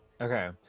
Okay